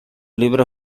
libro